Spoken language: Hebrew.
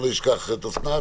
אוסנת,